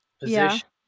position